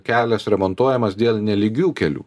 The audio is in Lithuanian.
kelias remontuojamas dėl nelygių kelių